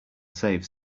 save